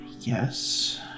Yes